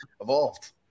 evolved